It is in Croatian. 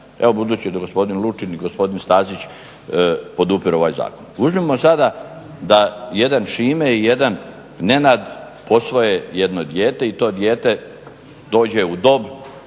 Evo budući da gospodin Lučin i gospodin Stazić podupiru ovaj zakon. Uzmimo sada da jedan Šime i jedan Nenad posvoje jedno dijete i to dijete dođe u dob